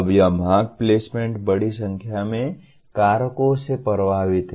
अब यह मांग प्लेसमेंट बड़ी संख्या में कारकों से प्रभावित है